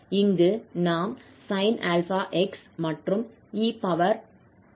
இங்கு நாம் sin 𝛼𝑥 மற்றும் e ax2 𝑑𝑥 ஐ கொண்டுள்ளோம்